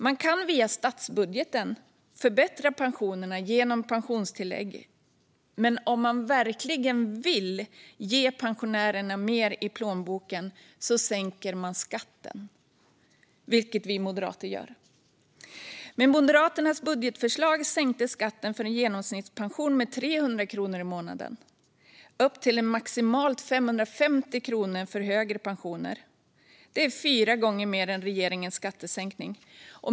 Man kan via statsbudgeten förbättra pensionerna genom pensionstillägg, men om man verkligen vill ge pensionärerna mer i plånboken sänker man skatten, vilket vi moderater gör. Med Moderaternas budgetförslag sänks skatten för en genomsnittspension med 300 kronor i månaden, upp till maximalt 550 kronor för högre pensioner. Det är fyra gånger mer än regeringens skattesänkning.